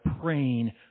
praying